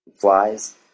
flies